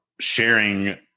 sharing